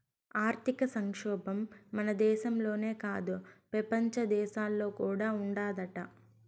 ఆర్థిక సంక్షోబం మన దేశంలోనే కాదు, పెపంచ దేశాల్లో కూడా ఉండాదట